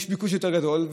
יש ביקוש יותר גדול,